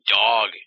dog